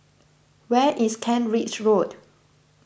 where is Kent Ridge Road